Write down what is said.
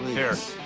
here.